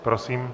Prosím.